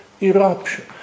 eruption